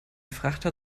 frachter